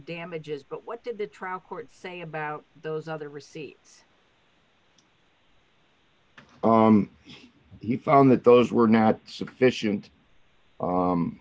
damages but what did the trial court say about those other receipts he found that those were not sufficient